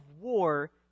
war